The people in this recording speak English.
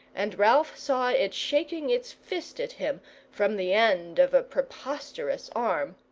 and ralph saw it shaking its fist at him from the end of a preposterous arm.